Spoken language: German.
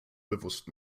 bewusst